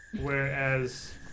Whereas